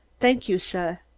thank you, suh!